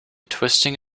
twisting